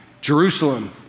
Jerusalem